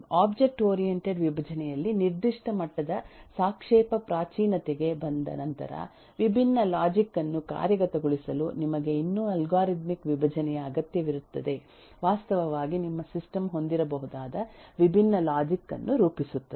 object oriented ವಿಭಜನೆಯಲ್ಲಿ ನಿರ್ದಿಷ್ಟ ಮಟ್ಟದ ಸಾಪೇಕ್ಷ ಪ್ರಾಚೀನತೆಗೆ ಬಂದ ನಂತರ ವಿಭಿನ್ನ ಲಾಜಿಕ್ ಅನ್ನು ಕಾರ್ಯಗತಗೊಳಿಸಲು ನಿಮಗೆ ಇನ್ನೂ ಅಲ್ಗಾರಿದಮಿಕ್ ವಿಭಜನೆಯ ಅಗತ್ಯವಿರುತ್ತದೆ ವಾಸ್ತವವಾಗಿ ನಿಮ್ಮ ಸಿಸ್ಟಮ್ ಹೊಂದಿರಬಹುದಾದ ವಿಭಿನ್ನ ಲಾಜಿಕ್ ಅನ್ನು ರೂಪಿಸುತ್ತದೆ